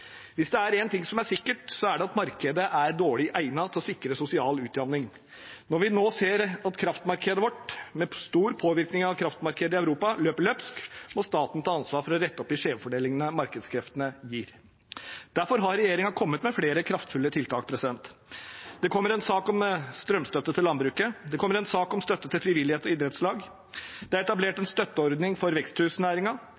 Hvis det er én ting som er sikkert, er det at markedet er dårlig egnet til å sikre sosial utjevning. Når vi nå ser at kraftmarkedet vårt, med stor påvirkning fra kraftmarkedet i Europa, løper løpsk, må staten ta ansvar for å rette opp i skjevfordelingen markedskreftene gir. Derfor har regjeringen kommet med flere kraftfulle tiltak. Det kommer en sak om strømstøtte til landbruket. Det kommer en sak om støtte til frivillighet og idrettslag. Det er etablert